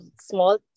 small